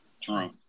True